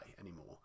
anymore